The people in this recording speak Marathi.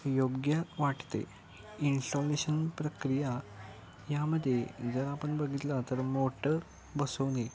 योग्य वाटते इन्स्टॉलेशन प्रक्रिया यामध्ये जर आपण बघितला तर मोटर बसवणे